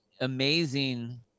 amazing